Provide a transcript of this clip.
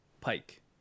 Pike